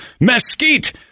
mesquite